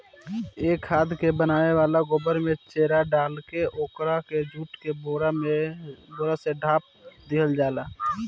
ए खाद के बनावे ला गोबर में चेरा डालके ओकरा के जुट के बोरा से ढाप दिहल जाला